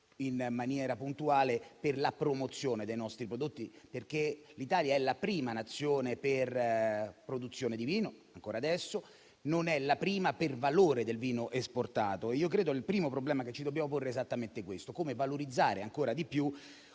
in maniera puntuale per la promozione dei nostri prodotti, perché l'Italia è la prima Nazione per produzione di vino ancora adesso, ma non è la prima per valore del vino esportato. Credo che il primo problema che ci dobbiamo porre è esattamente come valorizzare ancora di più